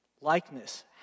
Likeness